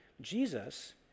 Jesus